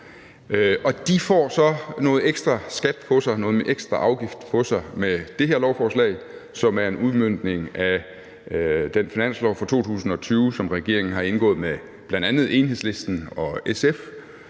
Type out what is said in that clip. skat, noget ekstra afgift med det her lovforslag, som er en udmøntning af den finanslov for 2020, som regeringen har indgået med bl.a. Enhedslisten og SF,